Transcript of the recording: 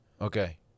Okay